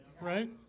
right